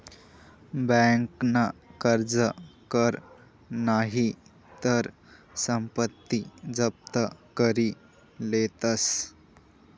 बँकन कर्ज कर नही तर संपत्ती जप्त करी लेतस